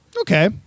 Okay